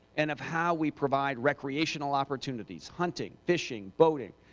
and of how we provide recreational opportunities hunting, fishing, boating.